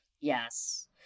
Yes